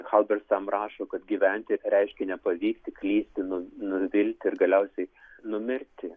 hauberstem rašo kad gyventi reiškia nepavykti klysti nu nuvilti ir galiausiai numirti